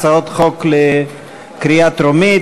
הצעות חוק לקריאה טרומית.